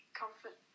comfort